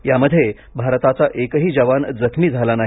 यामध्ये भारताचा एकही जवान जखमी झाला नाही